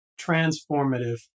transformative